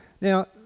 Now